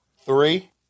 Three